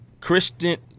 Christian